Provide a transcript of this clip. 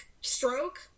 stroke